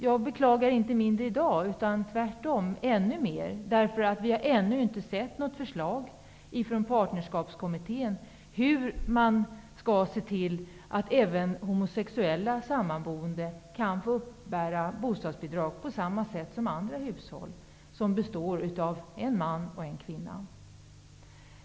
Jag beklagar inte mindre i dag utan tvärtom ännu mer rådande förhållanden, eftersom vi ännu inte har sett något förslag från Partnerskapskommittén till hur man skall se till att även homosexuella sammanboende kan få uppbära bostadsbidrag på samma sätt som hushåll som består av en man och en kvinna.